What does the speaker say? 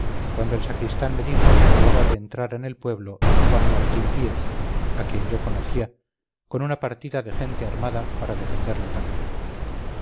cuando el sacristán me dijo que acababa de entrar en el pueblo d juan martín díez a quien yo conocía con una partida de gente armada para defender la patria